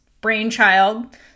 brainchild